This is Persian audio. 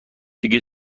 دیگه